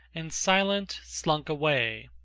and silent slunk away,